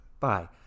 Bye